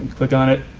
click on it.